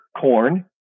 corn